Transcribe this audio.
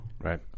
Right